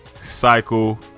cycle